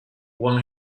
when